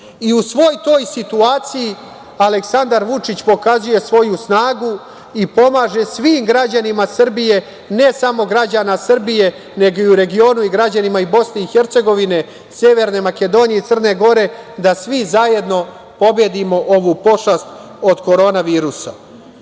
svoj toj situaciji Aleksandar Vučić pokazuje svoju snagu i pomaže svim građanima Srbije, ne samo građana Srbije, nego i u regionu građanima BiH, Severne Makedonije, Crne Gore, da svi zajedno pobedimo ovu pošast od korona virusa. Ovom